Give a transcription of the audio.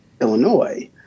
Illinois